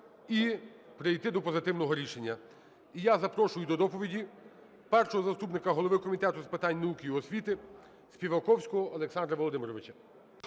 і прийти до позитивного рішення. І я запрошую до доповіді першого заступника голови Комітету з питань науки і освіти Співаковського Олександра Володимировича.